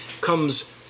comes